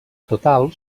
total